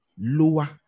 lower